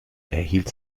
erhielt